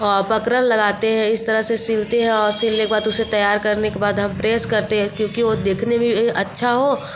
और बकरम लगाते हैं इस तरह से सिलते हैं और सिलने के बाद उसे तैयार करने के बाद हम प्रेस करते हैं क्योंकि वो देखने में अच्छा हो और